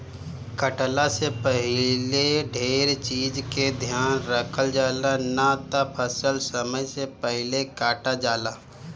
कटला से पहिले ढेर चीज के ध्यान रखल जाला, ना त फसल समय से पहिले कटा जाला